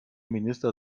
minister